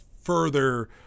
further